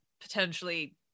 potentially